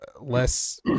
less